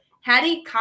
Hattie